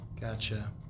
Gotcha